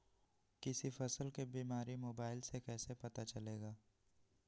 किसी फसल के बीमारी मोबाइल से कैसे पता चलेगा?